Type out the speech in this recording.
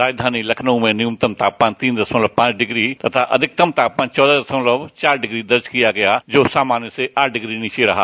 राजधानी लखनऊ में न्यूनतम तापमान तीन दशमलव पांच डिग्री तथा अधिकतम तापमान चौदह दशमलव चार डिग्री दर्ज किया गया जो कि सामान्य से आठ डिग्री नीचे रहा